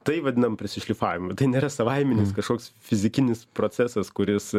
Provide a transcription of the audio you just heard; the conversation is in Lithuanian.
tai vadinam prisišlifavimu tai nėra savaiminis kažkoks fizikinis procesas kuris